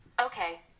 Okay